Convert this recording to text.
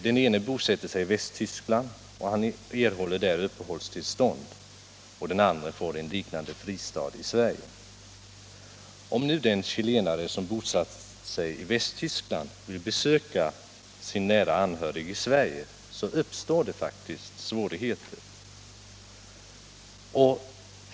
Den ene bosatte sig i Västtyskland och erhöll uppehållstillstånd där, och den andre fick en liknande fristad i Sverige. Om nu den chilenare som bosatt sig i Västtyskland vill besöka sin nära anhörige i Sverige, uppstår det faktiskt svårigheter.